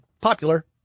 popular